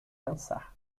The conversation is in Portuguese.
cansar